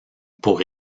pour